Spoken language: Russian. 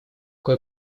кое